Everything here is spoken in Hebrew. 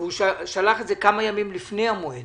והוא שלח את זה כמה ימים לפני המועד